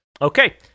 Okay